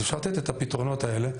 אז אפשר לתת את הפתרונות האלה,